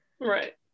right